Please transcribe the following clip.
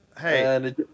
Hey